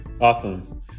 Awesome